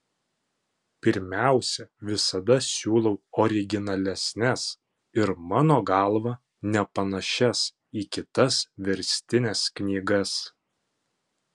pirmiausia visada siūlau originalesnes ir mano galva nepanašias į kitas verstines knygas